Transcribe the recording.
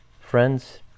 Friends